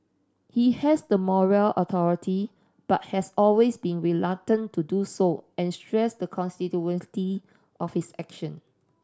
he has the moral authority but has always been reluctant to do so and stressed the constitutionality of his action